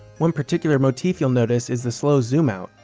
one particular motif you'll notice is the slow zoom-out.